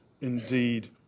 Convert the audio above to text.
indeed